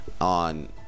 on